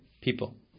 people